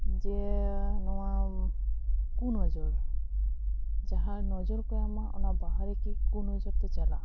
ᱡᱮ ᱱᱚᱣᱟ ᱠᱩ ᱱᱚᱡᱚᱨ ᱡᱟᱦᱟᱸ ᱱᱚᱡᱚᱨ ᱠᱚ ᱮᱢᱟ ᱚᱱᱟ ᱵᱟᱦᱟ ᱨᱮᱠᱤ ᱠᱩ ᱱᱚᱡᱚᱨ ᱫᱚ ᱪᱟᱞᱟᱜᱼᱟ